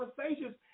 conversations